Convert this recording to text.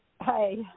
Hi